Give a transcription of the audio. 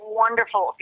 wonderful